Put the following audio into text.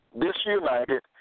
disunited